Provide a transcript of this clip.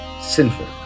sinful